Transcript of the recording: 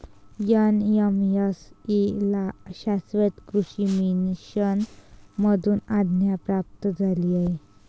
NMSA ला शाश्वत कृषी मिशन मधून आज्ञा प्राप्त झाली आहे